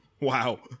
Wow